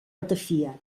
ratafia